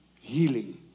healing